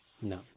No